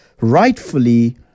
rightfully